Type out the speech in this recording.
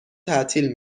تعطیل